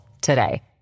today